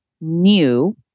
new